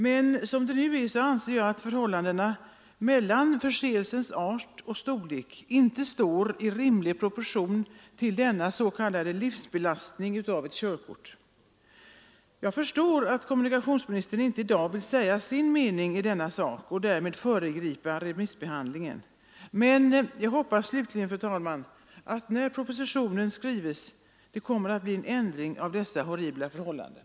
Men som det nu är anser jag att förseelsens art och storlek inte står i rimlig proportion till denna ”livstidsbelastning” av ett körkort. Jag förstår att kommunikationsministern inte i dag vill säga sin egen mening i denna sak och därmed föregripa remissbehandlingen. Men jag hoppas slutligen, fru talman, att det när propositionen skrives kommer att bli en ändring av dessa horribla förhållanden.